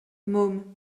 môme